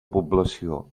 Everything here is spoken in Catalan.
població